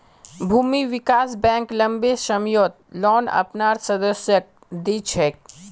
भूमि विकास बैंक लम्बी सम्ययोत लोन अपनार सदस्यक दी छेक